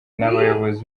n’abayobozi